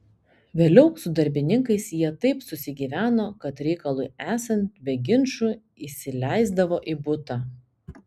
vėliau su darbininkais jie taip susigyveno kad reikalui esant be ginčų įsileisdavo į butą